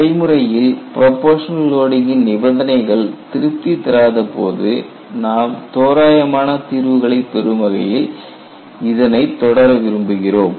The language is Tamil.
நடைமுறையில் ப்ரொபோஷனல் லோடிங் இன் நிபந்தனைகள் திருப்தி தராத போது நாம் தோராயமான தீர்வுகளை பெரும் வகையில் இதனை தொடர விரும்புகிறோம்